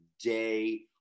day